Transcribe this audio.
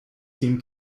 team